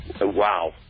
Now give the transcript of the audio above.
Wow